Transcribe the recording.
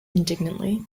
indignantly